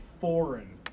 foreign